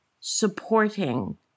supporting